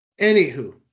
Anywho